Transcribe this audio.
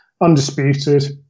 undisputed